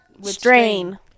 strain